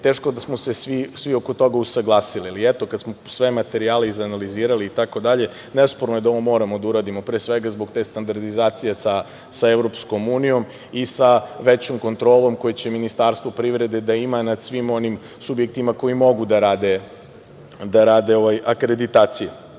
teško da smo se svi oko toga usaglasili, ali eto, kada smo sve materijale izanalizirali itd. nesporno je da ovo moramo da uradimo, pre svega, zbog te standardizacije sa EU i sa većom kontrolom koje će Ministarstvo privrede da ima nad svim onim subjektima koji mogu da rade akreditacije. Obzirom